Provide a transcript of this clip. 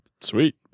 Sweet